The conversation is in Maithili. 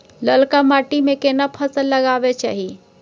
ललका माटी में केना फसल लगाबै चाही?